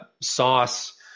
Sauce